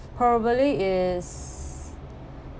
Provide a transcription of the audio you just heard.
probably is